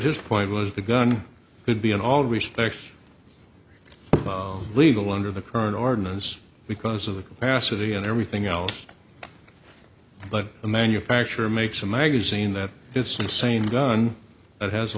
his point was the gun would be in all respects legal under the current ordinance because of the capacity and everything else but the manufacturer makes the magazine that it's insane gun that has a